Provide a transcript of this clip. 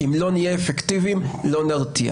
כי אם לא נהיה אפקטיביים לא נרתיע,